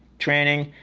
training,